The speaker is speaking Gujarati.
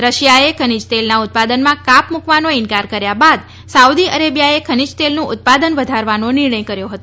રશિયાએ ખનીજ તેલના ઉત્પાદનમાં કાપ મૂકવાનો ઈનકાર કર્યા બાદ સાઉદી અરેબિયાએ ખનીજ તેલનું ઉત્પાદન વધારવાનો નિર્ણય કર્યો હતો